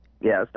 Yes